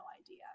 idea